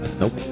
nope